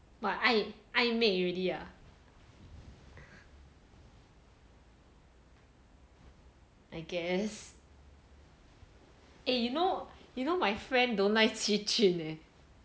what 暧昧 already ah I guess eh you know you know my friend don't like qi jun leh